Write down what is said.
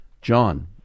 John